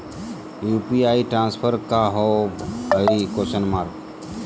UPI transfer का होव हई?